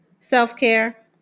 self-care